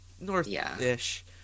North-ish